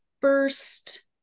first